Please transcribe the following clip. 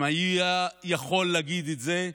אם הוא היה יכול להגיד את זה,